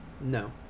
No